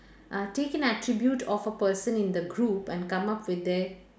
uh take an attribute of a person in the group and come out with a